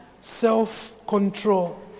self-control